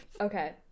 Okay